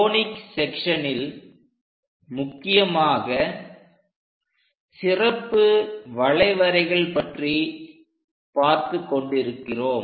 conic செக்சன்ஸனில் முக்கியமாக சிறப்பு வளைவரைகள் பற்றி பார்த்துக் கொண்டிருக்கிறோம்